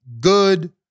good